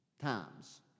times